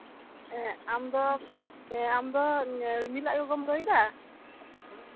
ᱦᱮᱸ ᱟᱢᱫᱚ ᱨᱤᱢᱤᱞ ᱟᱡ ᱜᱚᱜᱚᱢ ᱞᱟᱹᱭᱫᱟ